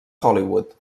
hollywood